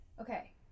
okay